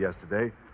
yesterday